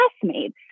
classmates